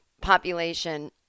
population